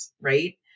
right